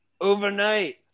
overnight